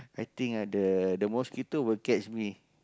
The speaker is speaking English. I think ah the the mosquito will catch me